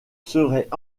serait